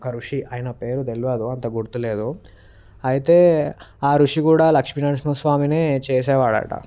ఒక ఋషి అయిన పేరు తెలియదు అంత గుర్తులేదు అయితే ఆ ఋషి కూడా లక్ష్మీనరసింహస్వామినే చేసేవాడట